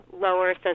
lower